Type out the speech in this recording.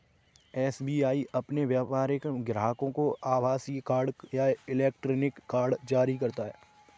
SBI अपने व्यापारिक ग्राहकों को आभासीय कार्ड या इलेक्ट्रॉनिक कार्ड जारी करता है